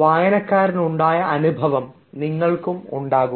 വായനക്കാരന് ഉണ്ടായ അനുഭവം നിങ്ങൾക്ക് ഉണ്ടാകും